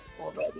already